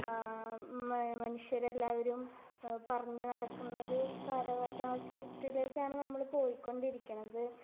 മനുഷ്യരെല്ലാവരും പറഞ്ഞ് നടക്കുന്നൊരു കാലഘട്ടത്തിലേക്കാണ് നമ്മൾ പോയിക്കൊണ്ടിരിക്കുന്നത്